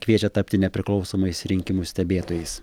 kviečia tapti nepriklausomais rinkimų stebėtojais